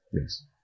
Yes